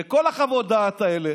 כל חוות הדעת האלה,